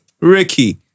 Ricky